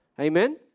Amen